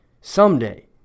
Someday